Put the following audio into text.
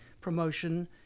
promotion